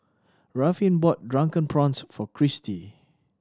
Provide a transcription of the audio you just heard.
Ruffin bought Drunken Prawns for Cristy